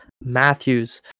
Matthews